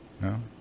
No